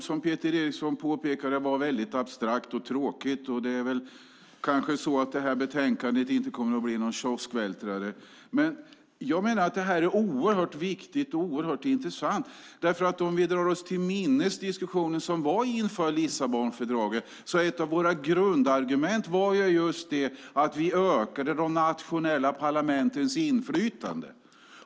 Som Peter Eriksson framhöll kan detta vara abstrakt och tråkigt. Det här betänkandet kommer kanske inte att bli någon kioskvältare. Men jag menar att detta är oerhört viktigt och intressant. I diskussionen inför att riksdagen antog Lissabonfördraget var ett av våra grundargument just att vi ökade de nationella parlamentens inflytande.